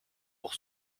pour